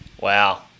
wow